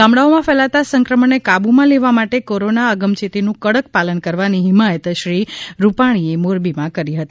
ગામડાઓમાં ફેલાતા સંક્રમણને કાબૂમાં લેવા માટે કોરોના અગમચેતીનું કડક પાલન કરવાની હિમાયત શ્રી રૂપાણીએ મોરબીમાં કરી હતી